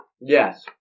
yes